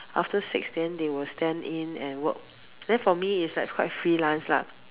after six then they will stand in and work then for me it's like quite freelance lah